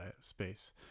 space